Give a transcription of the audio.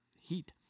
Heat